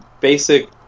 basic